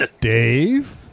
Dave